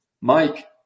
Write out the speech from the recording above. Mike